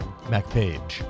MacPage